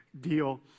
deal